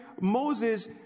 Moses